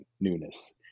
newness